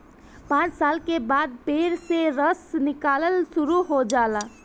पांच साल के बाद पेड़ से रस निकलल शुरू हो जाला